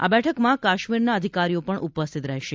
આ બેઠકમાં કાશ્મીરનાં અધિકારીઓ પણ ઉપસ્થિત રહેશે